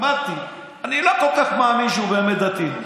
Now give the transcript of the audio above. אמרתי: אני לא כל כך מאמין שהוא באמת דתי,